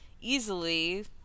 easily